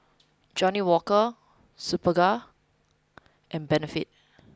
Johnnie Walker Superga and Benefit